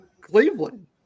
Cleveland